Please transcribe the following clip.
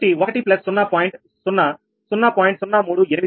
0 0